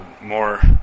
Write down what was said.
more